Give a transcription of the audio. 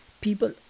people